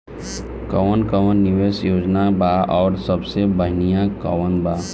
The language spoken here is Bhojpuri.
कवन कवन निवेस योजना बा और सबसे बनिहा कवन बा?